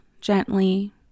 gently